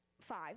five